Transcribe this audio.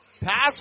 Pass